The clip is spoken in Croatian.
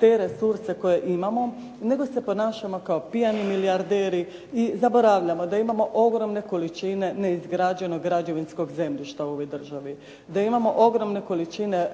te resurse koje imamo, nego se ponašamo kao pijani milijarderi i zaboravljamo da imamo ogromne količine neizgrađenog građevinskog zemljišta u ovoj državi. Da imamo ogromne količine